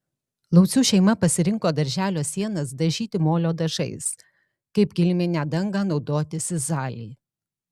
laucių šeima pasirinko darželio sienas dažyti molio dažais kaip kiliminę dangą naudoti sizalį